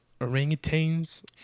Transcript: orangutans